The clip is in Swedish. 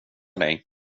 dig